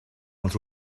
els